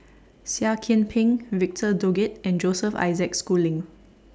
Seah Kian Peng Victor Doggett and Joseph Isaac Schooling